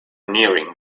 nearing